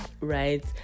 right